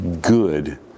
good